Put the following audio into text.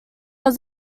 was